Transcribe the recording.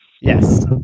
Yes